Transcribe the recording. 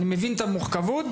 אני מבין את המורכבות,